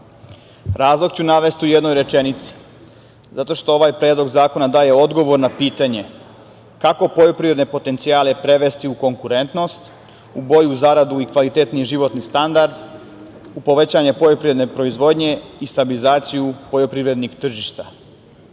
Razlog ću navesti u jednoj rečenici. Ovaj predlog zakona daje odgovor na pitanje kako poljoprivredne potencijale prevesti u konkurentnost, u bolju zaradu i kvalitetniji životni standard, u povećanje poljoprivredne proizvodnje i stabilizaciju poljoprivrednih tržišta. Nema